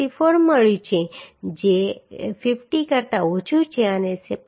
64 મળ્યું છે જે 50 કરતા ઓછું છે અને 0